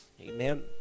Amen